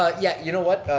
ah yeah, you know what?